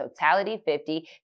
totality50